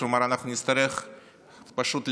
אנחנו נצטרך להכפיל